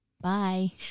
Bye